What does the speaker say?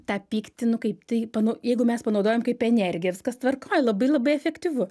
tą pyktį nu kaip tai panau jeigu mes panaudojom kaip energiją viskas tvarkoj labai labai efektyvu